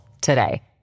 today